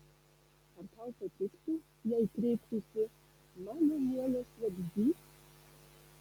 ar tau patiktų jei kreiptųsi mano mielas vabzdy